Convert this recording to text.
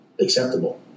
acceptable